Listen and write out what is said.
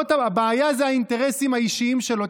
הבעיה זה האינטרסים האישיים שלו.